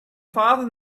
father